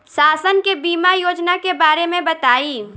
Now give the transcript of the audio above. शासन के बीमा योजना के बारे में बताईं?